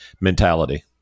mentality